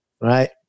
right